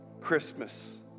Christmas